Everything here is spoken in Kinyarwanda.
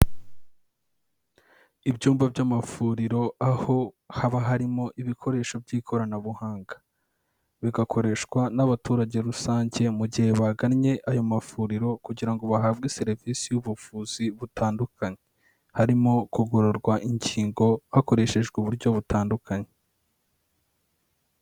Ibyumba by'amavuriro aho haba harimo ibikoresho by'ikoranabuhanga bigakoreshwa n'abaturage rusange mu gihe bagannye ayo mavuriro kugira ngo bahabwe serivisi y'ubuvuzi butandukanye harimo kugororwa ingingo hakoreshejwe uburyo butandukanye.